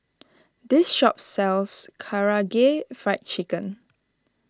this shop sells Karaage Fried Chicken